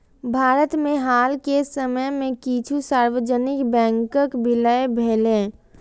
भारत मे हाल के समय मे किछु सार्वजनिक बैंकक विलय भेलैए